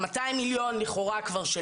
ה-200 מיליון לכאורה כבר,